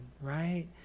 right